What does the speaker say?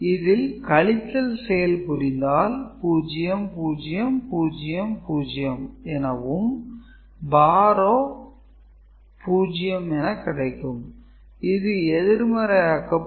இதில் கழித்தல் செயல் புரிந்தால் 0 0 0 0 எனவும் "borrow" 0 என கிடைக்கும் இது எதிர்மறையாக்கப்படும்